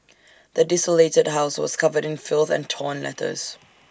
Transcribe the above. the desolated house was covered in filth and torn letters